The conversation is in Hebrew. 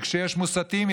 וכשיש מוסתים,